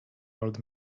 old